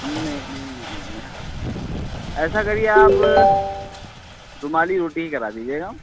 नहीं नहीं नहीं ऐसा करिए आप रुमाली रोटी ही करा दीजिएगा